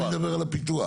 אני מדבר על הפיתוח.